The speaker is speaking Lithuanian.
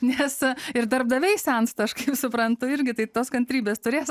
nes ir darbdaviai sensta ir supranta irgi tai tos kantrybės turės